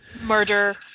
Murder